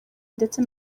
ndetse